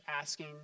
asking